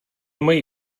mají